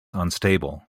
unstable